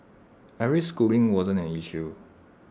every schooling wasn't an issue